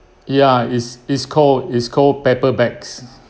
ya it's it's called it's called paper bags